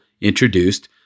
introduced